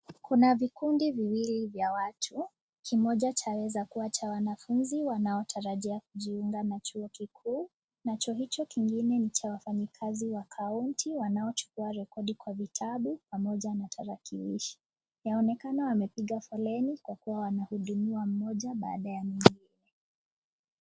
Kuna vikundi viwili vya watu, kimoja chaweza kuwa cha wanafunzi wanaotarajia kujiunga na chuo kikuu, nacho hicho kingine ni cha wafanyikazi wa kaunti wanaochukua rekodi kwa vitabu, pamoja na tarakilishi. Yaonekana wamepiga foleni kwa kuwa wanahudumiwa mmoja baada ya mwingine.